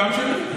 גם שלי.